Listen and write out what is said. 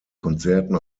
konzerten